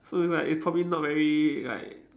so it's like it's probably not very like